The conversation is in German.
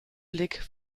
blick